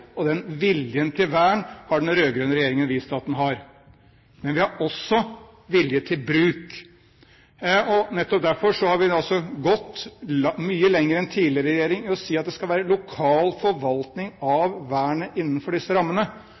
og viljen til vern har den rød-grønne regjeringen vist at den har. Men vi har også vilje til bruk. Nettopp derfor har vi nå altså gått mye lenger enn tidligere regjeringer i å si at det skal være lokal forvaltning av vernet innenfor disse rammene.